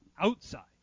outside